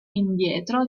indietro